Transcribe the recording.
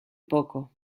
poco